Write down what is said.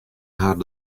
har